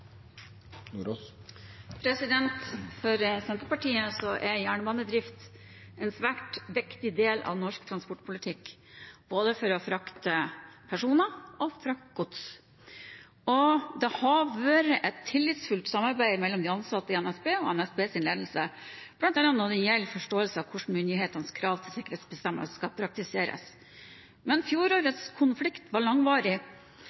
jernbanedrift en svært viktig del av norsk transportpolitikk for frakt av både personer og gods. Det har vært et tillitsfullt samarbeid mellom de ansatte i NSB og NSBs ledelse, bl.a. når det gjelder forståelse av hvordan myndighetenes krav til sikkerhetsbestemmelser skal praktiseres. Men fjorårets konflikt var langvarig,